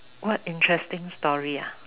what interesting story ah